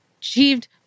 achieved